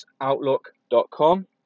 outlook.com